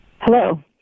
Hello